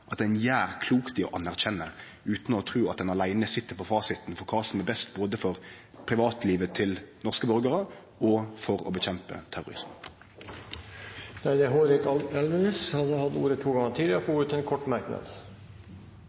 ein gjer klokt i å anerkjenne, utan å tru at ein aleine sit på fasiten for kva som er best både for privatlivet til norske borgarar og for å nedkjempe terrorisme. Representanten Hårek Elvenes har hatt ordet to ganger tidligere og får ordet til en kort merknad,